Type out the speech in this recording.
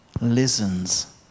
listens